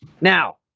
Now